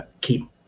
keep